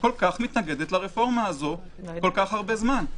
כל כך מתנגדת לרפורמה הזאת כל כך הרבה זמן?